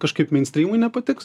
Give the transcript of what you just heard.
kažkaip minstrymui nepatiks